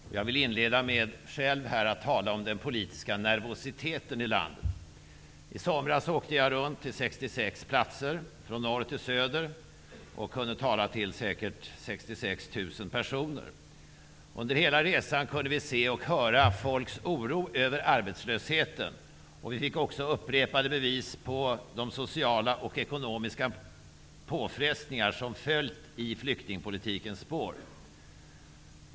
Jag vill själv inleda med att tala om den politiska nervositeten i landet. I somras åkte jag runt till 66 platser, från norr till söder, och talade till säkert 66 000 personer. Under hela resan kunde vi se och höra folks oro över arbetslösheten, och vi fick också upprepade bevis på de sociala och ekonomiska påfrestningar som följt i flyktingpolitikens spår.